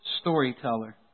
storyteller